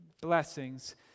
blessings